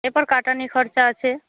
এরপর কাটানির খরচা আছে